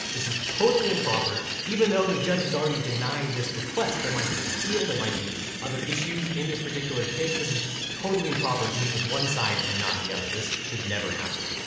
this is totally improper. even though the judge has already denied this request, there might be an appeal, there might be other issues in this particular case. this is totally improper to meet with one side and not the other, this should never happen.